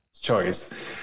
choice